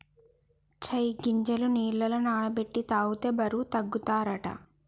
చై గింజలు నీళ్లల నాన బెట్టి తాగితే బరువు తగ్గుతారట